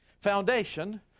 foundation